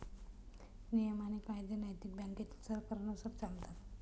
नियम आणि कायदे नैतिक बँकेतील सरकारांनुसार चालतात